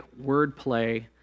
wordplay